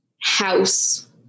house